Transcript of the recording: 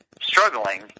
struggling